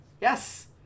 Yes